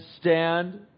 stand